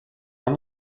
mam